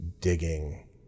digging